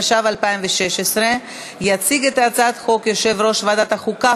התשע"ו 2016. יציג את הצעת החוק יושב-ראש ועדת החוקה,